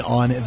on